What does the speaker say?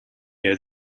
had